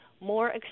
more